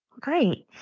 Great